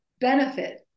benefit